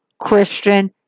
Christian